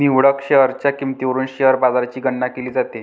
निवडक शेअर्सच्या किंमतीवरून शेअर बाजाराची गणना केली जाते